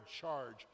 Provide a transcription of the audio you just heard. charge